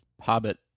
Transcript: Hobbit